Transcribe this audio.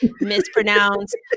mispronounced